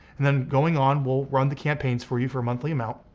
then going on we'll run the campaigns for you for a monthly amount.